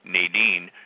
Nadine